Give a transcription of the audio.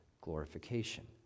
glorification